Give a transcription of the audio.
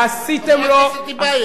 עשיתם לו,